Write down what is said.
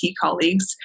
colleagues